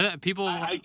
People